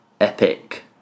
epic